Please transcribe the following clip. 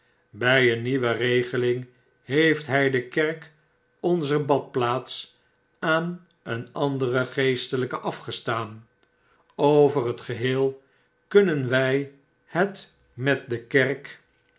by een nieuwe regeling heeft hy de kerk onzer badplaats aan een anderen geestelijke afgestaan over het geheel kunnen wij het met de kerk